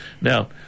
Now